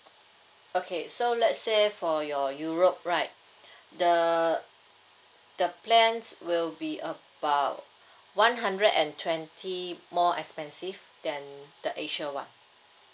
okay so let's say for your europe right the the plans will be about one hundred and twenty more expensive than the asia one